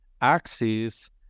axes